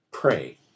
Pray